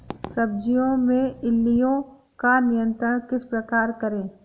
सब्जियों में इल्लियो का नियंत्रण किस प्रकार करें?